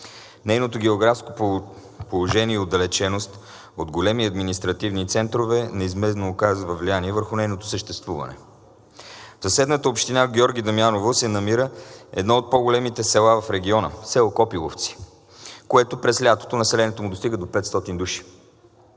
Нейното географско положение и отдалеченост от големи административни центрове неизменно оказват влияние върху нейното съществуване. В съседната община Георги Дамяново се намира едно от по-големите села в региона – село Копиловци, на което през лятото населението му достига до 500 жители.